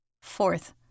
Fourth